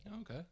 okay